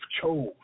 chose